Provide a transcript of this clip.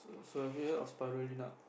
so have you heard of Spirulina